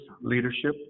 leadership